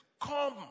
come